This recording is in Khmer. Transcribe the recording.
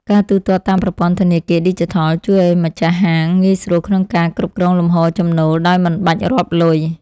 ការទូទាត់តាមប្រព័ន្ធធនាគារឌីជីថលជួយឱ្យម្ចាស់ហាងងាយស្រួលក្នុងការគ្រប់គ្រងលំហូរចំណូលដោយមិនបាច់រាប់លុយ។